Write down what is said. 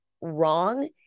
wrong